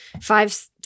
five